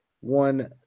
one